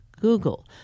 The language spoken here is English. Google